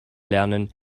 lernen